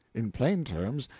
in plain terms,